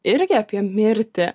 irgi apie mirtį